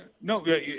no